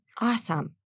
Awesome